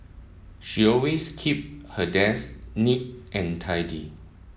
she always keep her desk neat and tidy